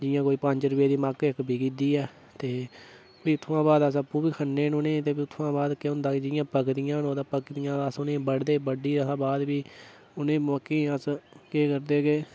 इं'या कोई पंज रपेऽ दी मक्क कोई बिकी जंदी ते प्ही उत्थुआं बाद अस आपूं बी खन्ने उ'नेंगी उत्थुआं बाद प्ही पकदियां अस उ'नेंगी बढदे बड्ढियै बाद प्ही उ'नें मक्कें ई अस केह् करदे के